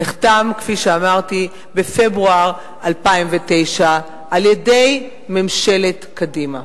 נחתם כפי שאמרתי בפברואר 2009 על-ידי ממשלת קדימה.